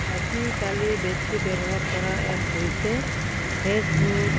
আজিকালি বেছি ব্যৱহাৰ কৰা এপ হৈছে ফেচবুক